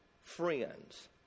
friends